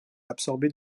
absorber